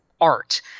art